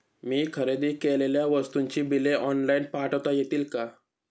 मी खरेदी केलेल्या वस्तूंची बिले ऑनलाइन पाठवता येतील का?